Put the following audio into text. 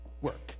work